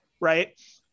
Right